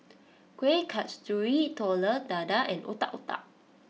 Kueh Kasturi Telur Dadah and Otak Otak